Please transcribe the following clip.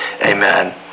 Amen